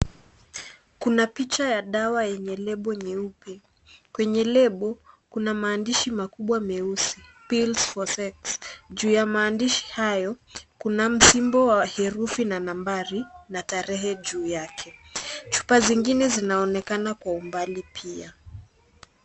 Kuna picha ya dawa yenye lebo nyeupe. Kwenye lebu kuna maandishi makubwa meusi pills for sex . Juu ya maandishi hayo kuna msimbo wa herufi na nambari na tarehe juu yake. Chupa zingine zinaonekana kwa umbali pia.